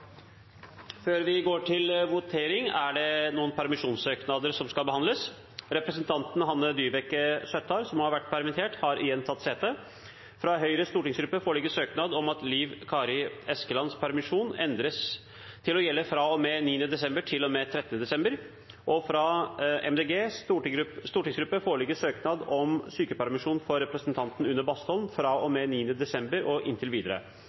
Før Stortinget går til votering, er det noen permisjonssøknader som skal behandles. Representanten Hanne Dyveke Søttar , som har vært permittert, har igjen tatt sete. Det foreligger to permisjonssøknader: fra Høyres stortingsgruppe foreligger søknad om at Liv Kari Eskelands permisjon endres til å gjelde fra og med 9. desember til og med 13. desember fra Miljøpartiet De Grønnes stortingsgruppe foreligger søknad om sykepermisjon for representanten Une Bastholm fra og med 9. desember og inntil